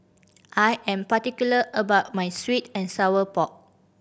I am particular about my sweet and sour pork